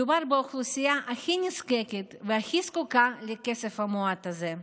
מדובר באוכלוסייה הכי נזקקת והכי זקוקה לכסף המועט הזה.